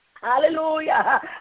Hallelujah